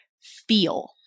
feel